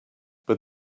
but